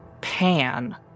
pan